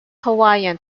hawaiian